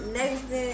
next